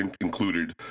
included